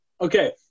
Okay